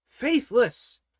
faithless